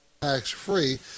tax-free